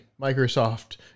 Microsoft